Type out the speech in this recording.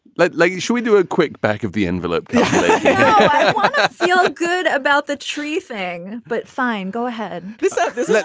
like like, you should do a quick back of the envelope feel good about the tree thing. but fine. go ahead this ah this like